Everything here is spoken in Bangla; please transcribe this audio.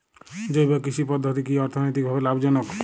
জৈব কৃষি পদ্ধতি কি অর্থনৈতিকভাবে লাভজনক?